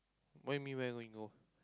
what you mean where you going go